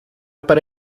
para